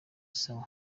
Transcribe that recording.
sawa